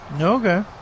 Okay